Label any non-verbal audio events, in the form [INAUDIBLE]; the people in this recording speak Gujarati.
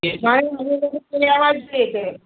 [UNINTELLIGIBLE]